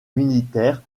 militaires